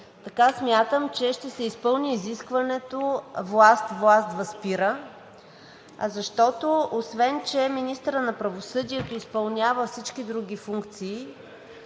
Така смятам, че ще се изпълни изискването власт власт възпира, защото, освен че министърът на правосъдието изпълнява всички други функции,